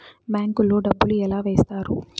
bank లో డబ్బులు ఎలా వేస్తారు